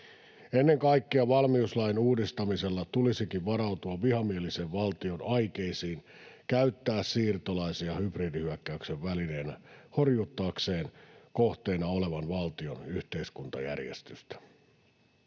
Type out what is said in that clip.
Ennen kaikkea valmiuslain uudistamisella tulisikin varautua vihamielisen valtion aikeisiin käyttää siirtolaisia hybridihyökkäyksen välineenä horjuttaakseen kohteena olevan valtion yhteiskuntajärjestystä.